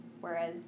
Whereas